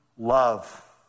Love